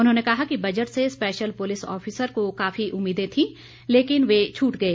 उन्होंने कहा कि बजट से स्पैशल पुलिस आफिसर को काफी उम्मीदें थी लेकिन वे छूट गए